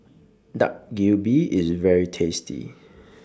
Dak Galbi IS very tasty